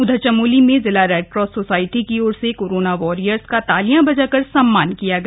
उधर चमोली में जिला रेडक्रास सोसायटी की ओर से कोरोना वारियर्स का तालियां बजाकर सम्मान किया गया